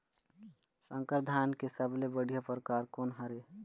संकर धान के सबले बढ़िया परकार कोन हर ये?